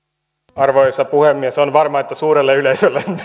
arvoisa puhemies on varmaa että suurella yleisöllä menevät